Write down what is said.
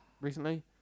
recently